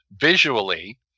visually